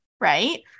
right